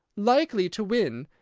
likely to win,